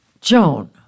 Joan